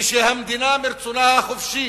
כשהמדינה, מרצונה החופשי,